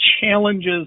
challenges